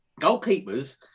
Goalkeepers